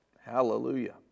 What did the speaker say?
hallelujah